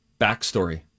backstory